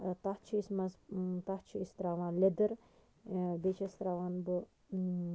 تَتھ چھِ أسۍ منٛزٕ تَتھ چھِ أسۍ تراوان لیٚدٕر بیٚیہِ چھَس تراوان بہٕ